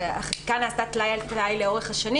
החקיקה נעשתה טלאי על טלאי לאורך השנים